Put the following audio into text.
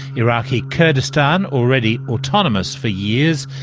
iraqi kurdistan, already autonomous for years,